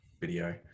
video